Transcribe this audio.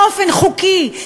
באופן חוקי,